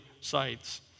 sites